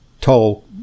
tall